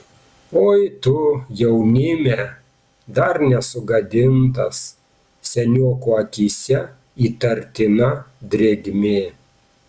oi tu jaunime dar nesugadintas senioko akyse įtartina drėgmė